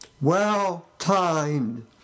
...well-timed